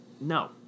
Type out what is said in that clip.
no